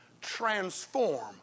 transform